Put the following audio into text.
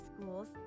schools